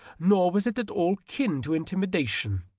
nor was it at all akin to intimidation.